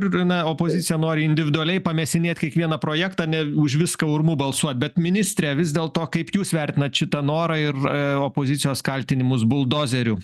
ir gryna opozicija nori individualiai pamėsinėt kiekvieną projektą ne už viską urmu balsuot bet ministre vis dėl to kaip jūs vertinat šitą norą ir opozicijos kaltinimus buldozeriu